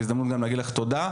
זאת הזדמנות גם לומר לך תודה.